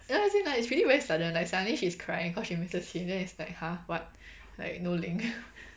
no as in like it's really very sudden like suddenly she's crying cause she misses him then it's like !huh! what like no link